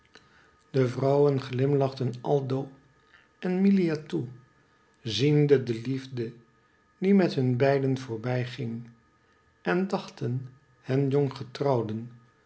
de vrouwen glimlachten aldo en milia toe ziende de liefde die met hun beiden voorbij ging en dachten hen